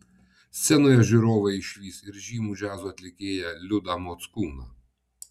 scenoje žiūrovai išvys ir žymų džiazo atlikėją liudą mockūną